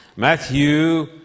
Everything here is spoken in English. Matthew